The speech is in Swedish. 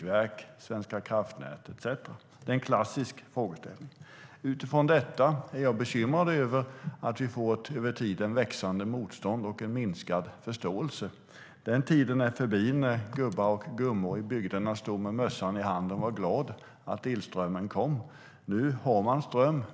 Det är en klassisk frågeställning. Utifrån detta är jag bekymrad över att vi får ett över tiden växande motstånd och en minskad förståelse. Tiden när gubbar och gummor i bygderna stod med mössan i hand och var glada över att elströmmen kom är förbi. Nu har man ström.